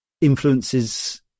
influences